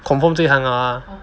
confirm 这行了 lah